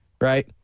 right